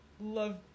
love